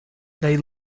they